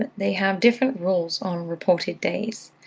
and they have different rules on reported days,